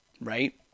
right